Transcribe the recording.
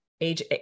age